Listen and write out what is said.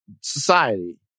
society